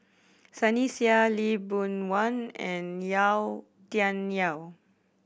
Sunny Sia Lee Boon Wang and Yau Tian Yau